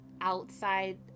outside